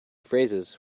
phrases